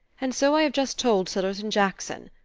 and so i have just told sillerton jackson.